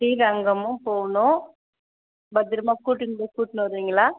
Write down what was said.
ஸ்ரீரங்கமும் போகணும் பத்திரமா கூட்டிணு போய் கூட்டிணு வருவிங்களா